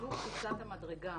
זאת קפיצת המדרגה